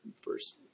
first